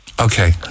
Okay